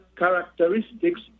characteristics